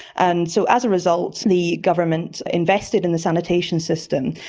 and so as a result the government invested in the sanitation system,